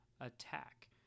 attack